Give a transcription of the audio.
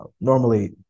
Normally